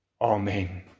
Amen